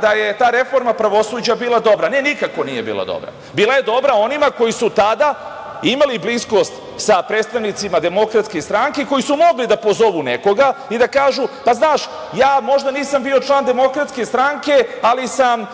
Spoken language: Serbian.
da je ta reforma pravosuđa bila dobra. Ne, nikako nije bila dobra. Bila je dobra onima koji su tada imali bliskost sa predstavnicima DS, koji su mogli da pozovu nekoga i da kažu – pa, znaš ja možda nisam bio član DS, ali sam